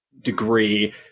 degree